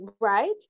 Right